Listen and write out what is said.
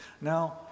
Now